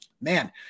man